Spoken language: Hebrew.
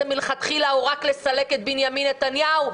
מלכתחילה או רק לסלק את בנימין נתניהו?